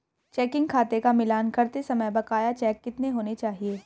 Checking खाते का मिलान करते समय बकाया चेक कितने होने चाहिए?